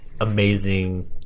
amazing